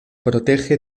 protege